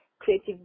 creative